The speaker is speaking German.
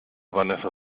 vanessa